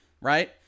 right